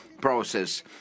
process